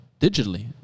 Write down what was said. digitally